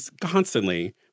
constantly